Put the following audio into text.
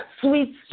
Sweet